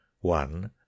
One